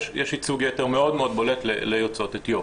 יש ייצוג יתר מאוד מאוד בולט ליוצאות אתיופיה.